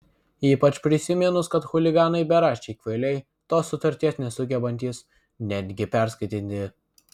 ypač prisiminus kad chuliganai beraščiai kvailiai tos sutarties nesugebantys netgi perskaityti